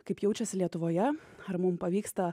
kaip jaučiasi lietuvoje ar mum pavyksta